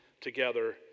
together